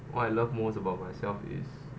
what I love most about myself is